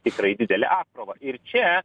tikrai didelę apkrovą ir čia